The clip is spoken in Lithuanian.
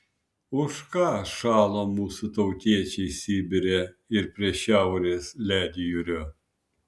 už ką šalo mūsų tautiečiai sibire ir prie šiaurės ledjūrio